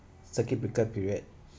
circuit breaker period